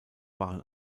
waren